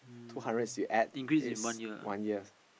two hundreds you add it's one year